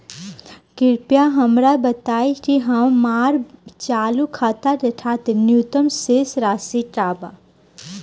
कृपया हमरा बताइ कि हमार चालू खाता के खातिर न्यूनतम शेष राशि का बा